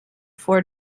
four